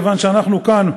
שכיוון שאנחנו כאן,